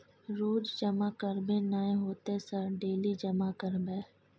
रोज जमा करबे नए होते सर डेली जमा करैबै?